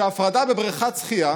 שהפרדה בבריכת שחייה